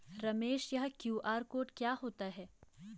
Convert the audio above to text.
रमेश यह QR code क्या होता है?